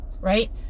right